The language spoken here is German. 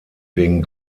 wegen